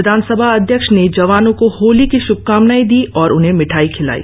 विधानसभा अध्यक्ष ने जवानों को होली की शुभकामनाएँ दी और उन्हें मिठाई खिलाई